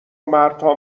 مردها